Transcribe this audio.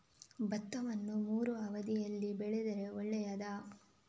ಭತ್ತವನ್ನು ಮೂರೂ ಅವಧಿಯಲ್ಲಿ ಬೆಳೆದರೆ ಒಳ್ಳೆಯದಾ?